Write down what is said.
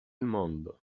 mondo